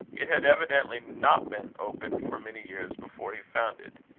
it had evidently not been opened for many years before he found it.